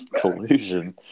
Collusion